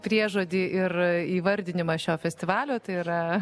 priežodį ir įvardinimą šio festivalio tai yra